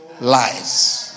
lies